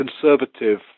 conservative